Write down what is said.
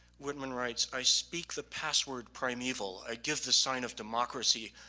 whitman writes, i speak the password primeval. i give the sign of democracy.